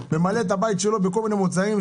ממלא את הבית שלו בכל מיני מוצרים,